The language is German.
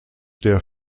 der